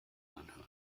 anhören